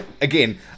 again